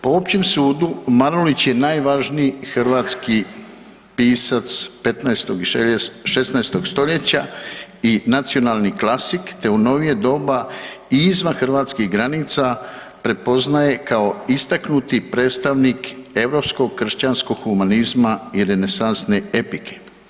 Po općem sudu, Marulić je najvažniji hrvatski pisac 15. i 16. st. i nacionalni klasik te u novije doba izvan hrvatskih granica, prepoznaje kao istaknuti predstavnik europskog kršćanskog humanizma i renesansne epike.